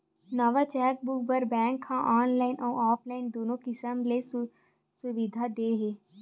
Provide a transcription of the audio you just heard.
नवा चेकबूक बर बेंक ह ऑनलाईन अउ ऑफलाईन दुनो किसम ले सुबिधा दे हे